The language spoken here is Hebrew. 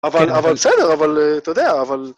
אבל, אבל, בסדר, אבל, אתה יודע, אבל...